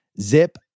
Zip